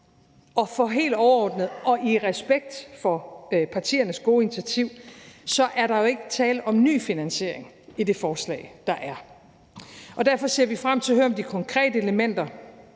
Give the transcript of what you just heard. og for helt overordnet og i respekt for partiernes gode initiativ er der jo ikke tale om en ny finansiering i det forslag, der er, og derfor ser vi frem til at høre om de konkrete elementer.